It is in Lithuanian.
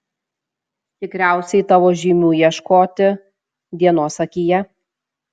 tikriausiai tavo žymių ieškoti dienos akyje